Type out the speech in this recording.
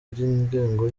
ry’ingengo